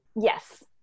Yes